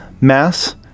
Mass